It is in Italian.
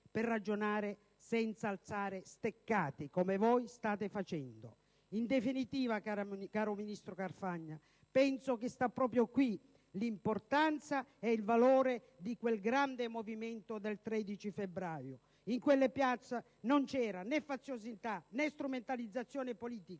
per ragionare senza alzare steccati, come voi state facendo. In definitiva, cara ministro Carfagna, penso stia proprio in questo l'importanza e il valore di quel grande movimento che si è realizzato il 13 febbraio scorso. In quelle piazze non c'erano né faziosità, né strumentalizzazione politica;